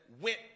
went